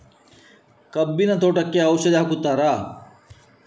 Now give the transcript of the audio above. ಕಬ್ಬಿನ ತೋಟಕ್ಕೆ ಔಷಧಿ ಹಾಕುತ್ತಾರಾ?